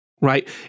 right